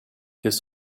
his